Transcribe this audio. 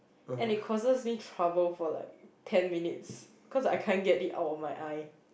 and it causes me for trouble for like ten minutes cause I can't get it out of my eye